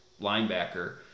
linebacker